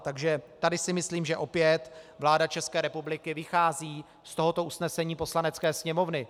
Takže tady si myslím, že vláda České republiky opět vychází z tohoto usnesení Poslanecké sněmovny.